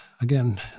again